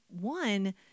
one